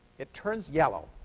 it turns yellow.